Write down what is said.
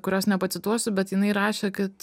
kurios nepacituosiu bet jinai rašė kad